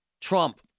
Trump